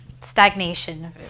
Stagnation